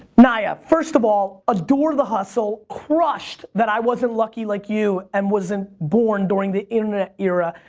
nya, first of all, adore the hustle, crushed that i wasn't lucky like you and wasn't born during the internet era.